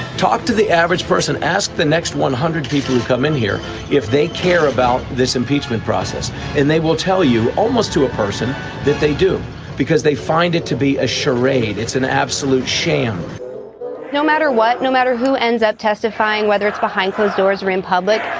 talk to the average person ask the next one hundred people who come in here if they care about this impeachment process and they will tell you almost to a person that they do because they find it to be a charade it's an absolute sham no matter what no matter who ends up testifying whether it's behind closed doors or in public.